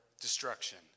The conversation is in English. destruction